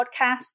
podcasts